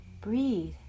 Breathe